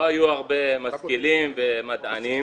לא היו הרבה משכילים ומדענים,